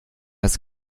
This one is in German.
das